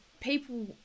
people